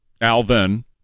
alvin